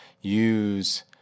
use